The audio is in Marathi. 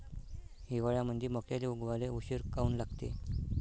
हिवाळ्यामंदी मक्याले उगवाले उशीर काऊन लागते?